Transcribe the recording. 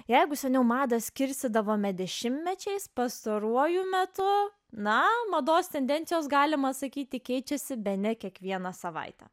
jeigu seniau madą skirstydavome dešimtmečiais pastaruoju metu na mados tendencijos galima sakyti keičiasi bene kiekvieną savaitę